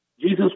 Jesus